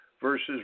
versus